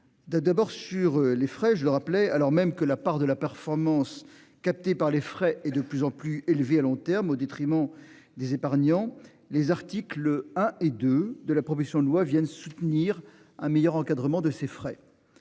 D'abord sur les frais, je le rappelais, alors même que la part de la performance capté par les frais et de plus en plus élevés à long terme, au détriment des épargnants. Les articles hein et de de la proposition de loi viennent soutenir un meilleur encadrement de ces frais.